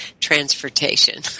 transportation